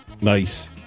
Nice